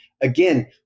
again